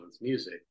music